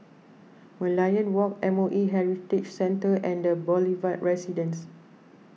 Merlion Walk M O E Heritage Centre and the Boulevard Residence